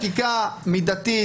חקיקה מידתית,